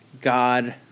God